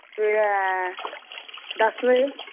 सवेरै दस बजे